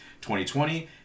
2020